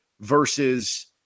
versus